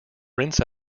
rinse